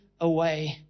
away